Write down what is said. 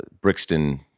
Brixton